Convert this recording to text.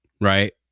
Right